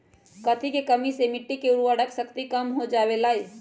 कथी के कमी से मिट्टी के उर्वरक शक्ति कम हो जावेलाई?